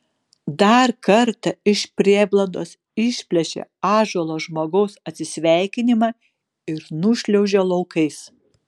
dar kartą iš prieblandos išplėšia ąžuolo žmogaus atsisveikinimą ir nušliaužia laukais